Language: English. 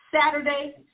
Saturday